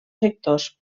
sectors